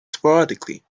sporadically